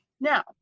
Now